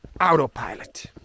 autopilot